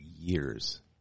years